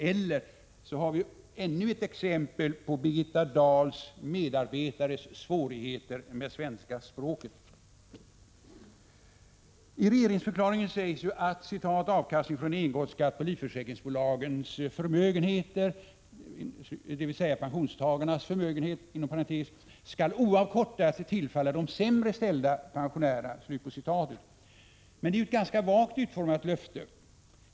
Eller också förhåller det sig så att vi här ser ännu ett exempel på Birgitta Dahls medarbetares svårigheter med svenska språket. I regeringsförklaringen sägs att avkastningen från engångsskatten på livförsäkringsbolagens förmögenheter — dvs. pensionstagarnas förmögenheter — ”skall oavkortat tillfalla de sämre ställda pensionärerna”. Det är ett ganska vagt utformat löfte.